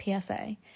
PSA